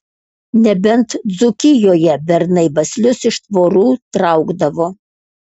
nebent dzūkijoje bernai baslius iš tvorų traukdavo